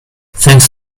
thanks